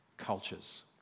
cultures